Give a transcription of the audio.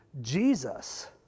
Jesus